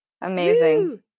Amazing